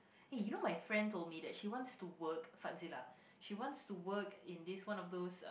hey you know my friend told me that she wants to work Fadzilah she wants to work in this one of those